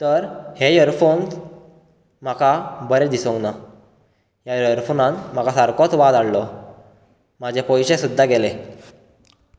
तर हे इयरफोन्स म्हाका बरें दिसोंक ना ह्या इयरफोनान म्हाका सारकोच वाज हाडलो म्हाजे पयशे सुद्दां गेले